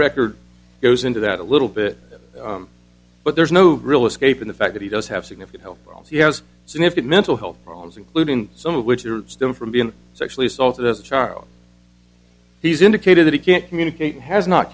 record goes into that a little bit but there's no real escape in the fact that he does have significant health policy has significant mental health problems including some of which your stem from being sexually assaulted as a child he's indicated that he can't communicate has not